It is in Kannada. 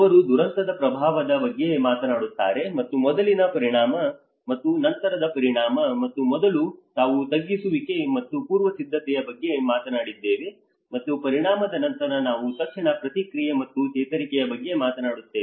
ಅವರು ದುರಂತದ ಪ್ರಭಾವದ ಬಗ್ಗೆ ಮಾತನಾಡುತ್ತಾರೆ ಮತ್ತು ಮೊದಲಿನ ಪರಿಣಾಮ ಮತ್ತು ನಂತರದ ಪರಿಣಾಮ ಮತ್ತು ಮೊದಲು ನಾವು ತಗ್ಗಿಸುವಿಕೆ ಮತ್ತು ಪೂರ್ವ ಸಿದ್ಧತೆಯ ಬಗ್ಗೆ ಮಾತನಾಡಿದ್ದೇವೆ ಮತ್ತು ಪರಿಣಾಮದ ನಂತರ ನಾವು ತಕ್ಷಣ ಪ್ರತಿಕ್ರಿಯೆ ಮತ್ತು ಚೇತರಿಕೆಯ ಬಗ್ಗೆ ಮಾತನಾಡುತ್ತೇವೆ